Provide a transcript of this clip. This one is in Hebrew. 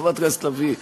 חברת הכנסת לביא.